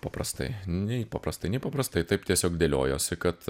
paprastai nei paprastai nei paprastai taip tiesiog dėliojosi kad